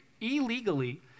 illegally